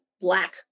black